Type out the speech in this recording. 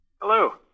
Hello